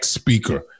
speaker